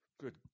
Good